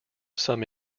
some